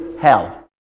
hell